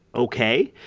ok.